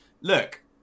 look